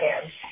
hands